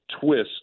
twists